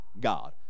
God